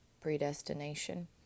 predestination